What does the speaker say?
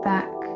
Back